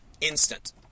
instant